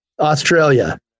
Australia